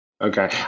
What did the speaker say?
Okay